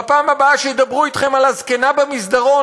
בפעם הבאה שידברו אתכם על הזקנה במסדרון